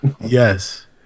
Yes